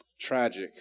tragic